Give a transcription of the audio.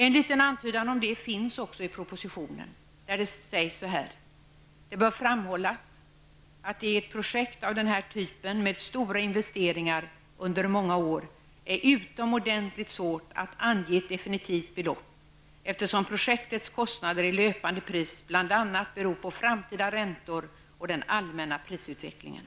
En liten antydan om det finns också i propositionen, där det sägs: ''Det bör framhållas att det i ett projekt av den här typen med stora investeringar under många år är utomordentligt svårt att ange ett definitivt belopp, eftersom projektets kostnader i löpande pris bl.a. beror på framtida räntor och den allmänna prisutvecklingen.''